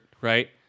Right